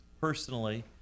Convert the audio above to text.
personally